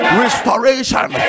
restoration